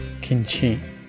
kinchi